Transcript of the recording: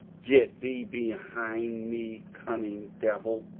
get thee behind me, cunning devil.